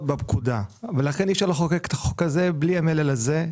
בפקודה ולכן אי אפשר לחוקק את החוק הזה בלי המלל הזה.